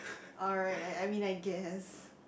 alright I I mean I guess